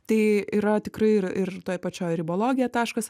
tai yra tikrai ir ir toj pačioj ribologija taškas